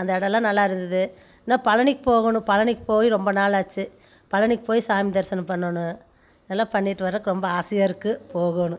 அந்த எடல்லாம் நல்லா இருந்தது என்ன பழனிக்கு போகணும் பழனிக்கு போய் ரொம்ப நாள் ஆச்சு பழனிக்கு போய் சாமி தரிசனம் பண்ணணும் அதெல்லாம் பண்ணிட்டு வர்றதுக்கு ரொம்ப ஆசையாக இருக்குது போகணும்